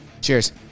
Cheers